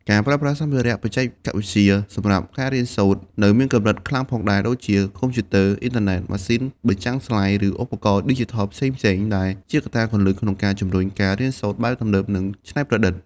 ការប្រើប្រាស់សម្ភារៈបច្ចេកវិទ្យាសម្រាប់ការរៀនសូត្រ ក៏នៅមានកម្រិតខ្លាំងផងដែរ ដូចជា កុំព្យូទ័រ អុីនធឺណេត ម៉ាស៊ីនបញ្ចាំងស្លាយ ឬឧបករណ៍ឌីជីថលផ្សេងៗ ដែលជាកត្តាគន្លឹះក្នុងការជំរុញការរៀនសូត្របែបទំនើប និងច្នៃប្រឌិត។